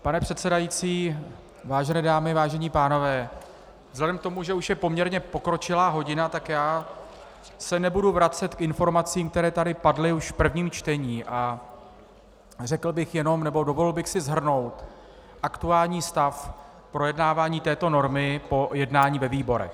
Pane předsedající, vážené dámy, vážení pánové, vzhledem k tomu, že už je poměrně pokročilá hodina, tak se nebudu vracet k informacím, které tady padly už v prvním čtení, a řekl bych jenom, nebo dovolil bych si shrnout aktuální stav projednávání této normy po jednání ve výborech.